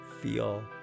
feel